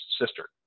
sister